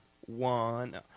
One